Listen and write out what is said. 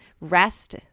rest